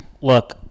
look